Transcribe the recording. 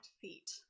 feet